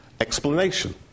explanation